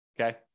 Okay